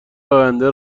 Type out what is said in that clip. آینده